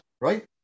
right